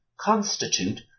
constitute